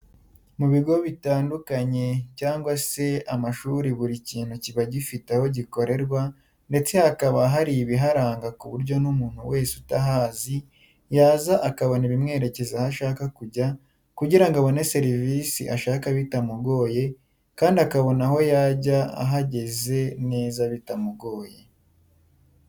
Mu bigo bitandukanye cyangwa se amashuri buri kintu kiba gifite aho gikorerwa ndetse hakaba hari ibiharanga kuburyo n'umuntu wese utahazi yaza akabona ibimwerekeza aho ashaka kujya kugirango abone service ashaka bitamugoye kandi akabona aho yajya ahageze neza bitamugoye.